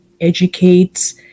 educate